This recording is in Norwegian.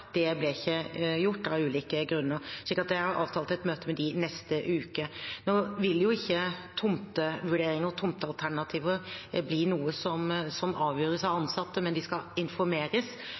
Det ble ikke gjort av ulike grunner. Jeg har avtalt et møte med dem neste uke. Nå vil ikke tomtevurderinger og tomtealternativer bli noe som avgjøres av ansatte, men de skal informeres.